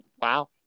Wow